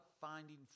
finding